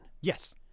Yes